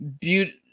beauty